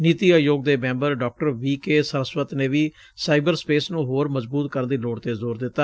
ਨੀਤੀ ਆਯੋਗ ਦੇ member doctor V K Saraswat ਨੇ ਵੀ ਸਾਈਬਰ ਸਪੇਸ ਨੂੰ ਹੋਰ ਮਜ਼ਬੁਤ ਕਰਨ ਦੀ ਲੋੜ ਤੇ ਜ਼ੋਰ ਦਿੱਤਾ